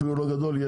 אפילו לא ידוע לי,